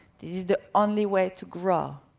this is the only way to grow.